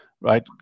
right